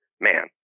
man